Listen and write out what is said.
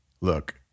look